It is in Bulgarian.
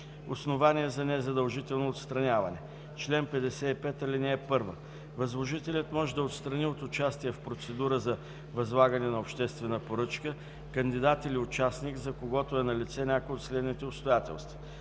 „Основания за незадължително отстраняване Чл. 55. (1) Възложителят може да отстрани от участие в процедура за възлагане на обществена поръчка кандидат или участник, за когото е налице някое от следните обстоятелства: